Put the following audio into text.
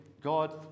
God